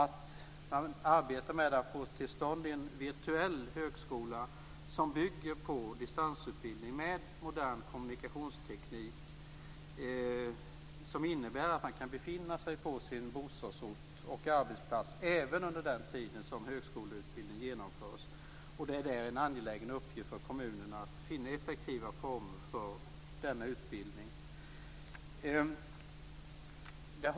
Man arbetar med att få till stånd en virtuell högskola som bygger på distansutbildning med modern kommunikationsteknik. Det innebär att man kan befinna sig på sin bostadsort och arbetsplats även under den tid som högskoleutbildningen genomförs. Det är en angelägen uppgift för kommunerna att finna effektiva former för denna utbildning.